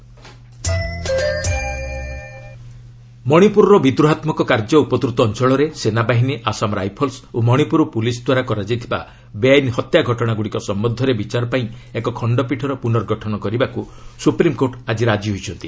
SC Manipur ମଣିପୁରର ବିଦ୍ରୋହାତ୍ମକ କାର୍ଯ୍ୟ ଉପଦ୍ରୁତ ଅଞ୍ଚଳରେ ସେନାବାହିନୀ ଆସାମ ରାଇଫଲ୍ସ୍ ଓ ମଣିପୁର ପୁଲିସ୍ଦ୍ୱାରା କରାଯାଇଥିବା ବେଆଇନ ହତ୍ୟା ଘଟଣାଗୁଡ଼ିକ ସମ୍ଭନ୍ଧରେ ବିଚାର ପାଇଁ ଏକ ଖଣ୍ଡପୀଠର ପୁନର୍ଗଠନ କରିବାକୁ ସୁପ୍ରିମ୍କୋର୍ଟ ଆକି ରାଜି ହୋଇଛନ୍ତି